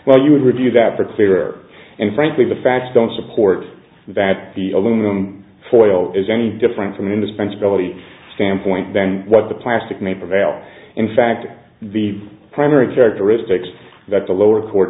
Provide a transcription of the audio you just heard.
well you would review that for clearer and frankly the facts don't support that aluminum foil is any different from indispensability standpoint than what the plastic may prevail in fact the primary characteristics that the lower court